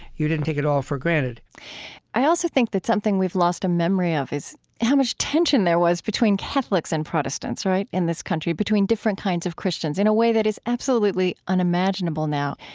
you didn't take it all for granted i also think that something we've lost a memory of is how much tension there was between catholics and protestants, right, in this country, between different kinds of christians, in a way that is absolutely unimaginable now.